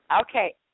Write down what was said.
Okay